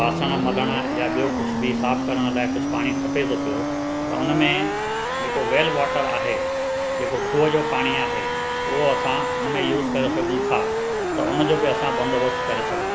ॿासण मलण या ॿियो कुझु बि साफ़ु करण लाइ कुझु पाणी खपे थो पियो त उन में जेको वैल वॉटर आहे जेको खूह जो पाणी आहे उहो असां उन में यूस करे सघूं था त उन जो बि असां बंदोबस्त करे सघूं था